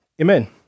Amen